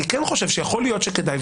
אני כן חושב שיכול להיות שכדאי,